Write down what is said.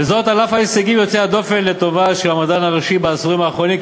וזאת על אף ההישגים יוצאי הדופן לטובה של המדען הראשי בעשורים האחרונים,